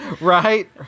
right